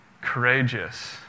courageous